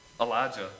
elijah